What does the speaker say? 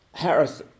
Harris